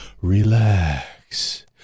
relax